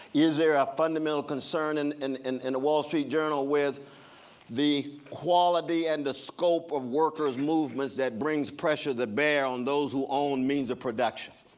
is there a fundamental concern in and and and the wall street journal with the quality and the scope of worker's movements that brings pressure that bear on those who own means of production?